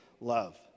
love